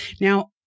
Now